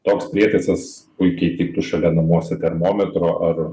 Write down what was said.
toks prietaisas puikiai tiktų šalia namuose termometro ar